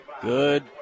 Good